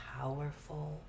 powerful